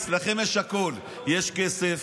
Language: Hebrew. אצלכם יש הכול: יש כסף,